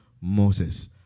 Moses